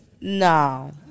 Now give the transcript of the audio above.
no